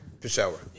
Peshawar